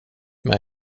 mig